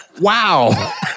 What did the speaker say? Wow